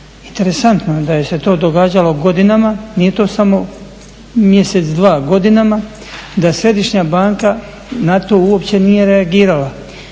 Interesantno da se to događalo godinama, nije to samo mjesec-dva, godinama, da Središnja banka na to uopće nije reagirala.